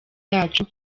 yacu